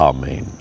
Amen